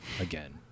again